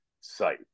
site